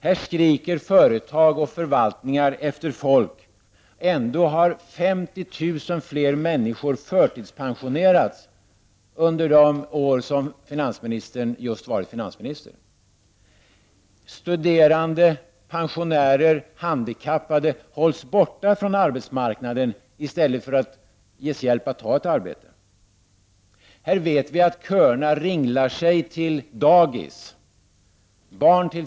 Här skriker företag och förvaltningar efter folk, och ändå har 50 000 fler människor förtidspensionerats under de år som Kjell-Olof Feldt har varit finansminister. Studerande, pensionärer och handikappade hålls borta från arbetsmarknaden i stället för att ges hjälp att ta ett arbete. Här vet vi att köerna ringlar sig till dagis.